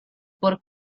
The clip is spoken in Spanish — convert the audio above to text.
por